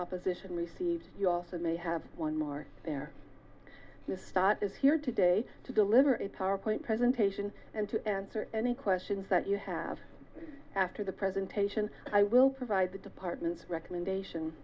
opposition received your so may have one more there you start is here today to deliver a powerpoint presentation and to answer any questions that you have after the presentation i will provide the department's recommendation